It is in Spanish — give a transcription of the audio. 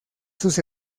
sus